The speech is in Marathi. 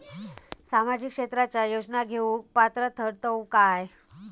सामाजिक क्षेत्राच्या योजना घेवुक पात्र ठरतव काय?